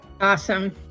Awesome